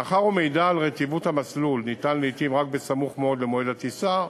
מאחר שמידע על רטיבות המסלול ניתן לעתים רק בסמוך מאוד למועד הטיסה,